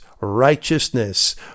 righteousness